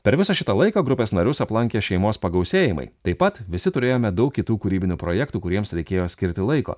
per visą šitą laiką grupės narius aplankė šeimos pagausėjimai taip pat visi turėjome daug kitų kūrybinių projektų kuriems reikėjo skirti laiko